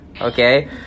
Okay